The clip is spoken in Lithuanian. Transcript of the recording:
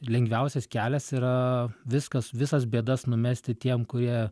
lengviausias kelias yra viskas visas bėdas numesti tiem kurie